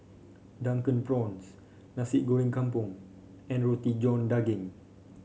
Drunken Prawns Nasi Goreng Kampung and Roti John Daging